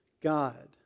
God